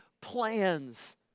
plans